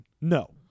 No